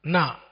Now